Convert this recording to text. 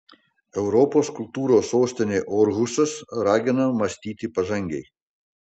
europos kultūros sostinė orhusas ragina mąstyti pažangiai